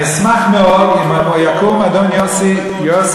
אני אשמח מאוד אם יקום אדון יוסי,